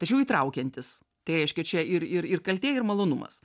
tačiau įtraukiantis tai reiškia čia ir ir ir kaltė ir malonumas